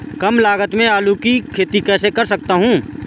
कम लागत में आलू की खेती कैसे कर सकता हूँ?